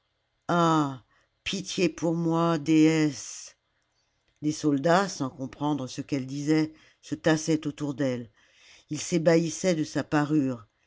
ah pitié pour moi déesse les soldats sans comprendre ce qu'elle disait se tassaient autour d'elle ils s'ébahissaient de sa parure